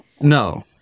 no